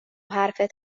حرفت